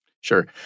Sure